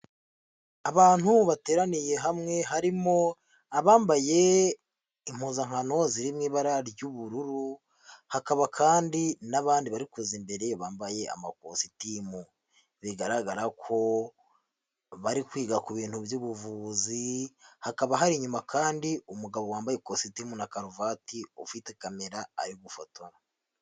Abantu bateraniye hamwe, harimo abambaye impuzankano ziri mu ibara ry'ubururu, hakaba kandi n'abandi bari kuza imbere bambaye amakositime, bigaragara ko bari kwiga ku bintu by'ubuvuzi. Hakaba hari inyuma kandi umugabo wambaye ikositimu na karuvati, ari gufotora.